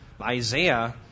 Isaiah